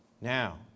Now